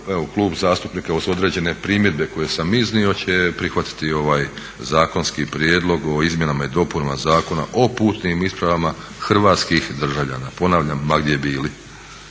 klub zastupnika uz određene primjedbe koje sam iznio će prihvatiti ovaj zakonski prijedlog o izmjenama i dopunama Zakona o putnim ispravama hrvatskih državljana ponavljam ma gdje bili.